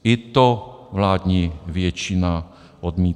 I to vládní většina odmítla.